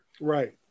Right